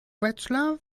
wetzlar